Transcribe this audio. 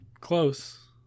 Close